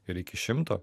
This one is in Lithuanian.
ir iki šimto